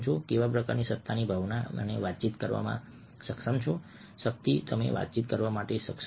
કેવા પ્રકારની સત્તાની ભાવના તમે વાતચીત કરવા સક્ષમ છો શક્તિ તમે વાતચીત કરવા સક્ષમ છો